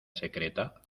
secreta